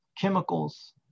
chemicals